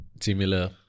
similar